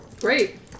Great